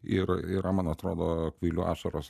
ir yra man atrodo kvailių ašaros